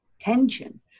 tension